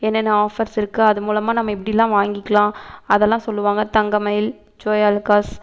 என்னென்ன ஆஃபர்ஸ் இருக்குது அது மூலமாக நம்ம எப்படிலாம் வாங்கிக்கலாம் அதெல்லாம் சொல்லுவாங்க தங்கமயில் ஜோயாலுக்காஸ்